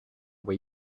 way